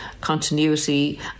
continuity